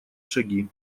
шаги